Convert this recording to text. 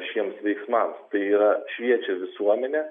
šiems veiksmams tai yra šviečia visuomenę